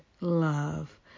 love